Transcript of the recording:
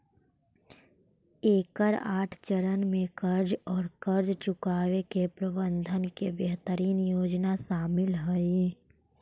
एकर आठ चरण में कर्ज औउर कर्ज चुकावे के प्रबंधन के बेहतरीन योजना शामिल हई